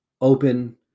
open